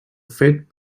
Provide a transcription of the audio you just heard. fet